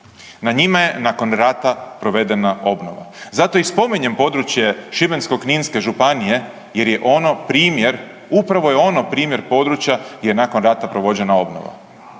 na njima je nakon rata provedena obnova. Zato i spominjem područje Šibensko-kninske županije jer je ono primjer upravo je ono primjer područja je nakon rata provođena obnova.